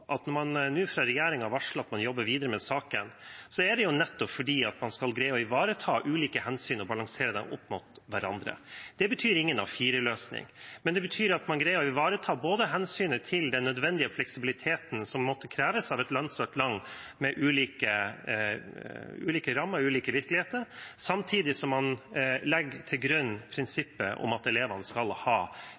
at når man nå fra regjeringen varsler at man jobber videre med saken, er det nettopp fordi man skal greie å ivareta ulike hensyn og balansere dem opp mot hverandre. Det betyr ingen A4-løsning, men det betyr at man greier å ivareta hensynet til den nødvendige fleksibiliteten som måtte kreves av et langstrakt land med ulike rammer og ulike virkeligheter, samtidig som man legger til grunn prinsippet om at elevene skal ha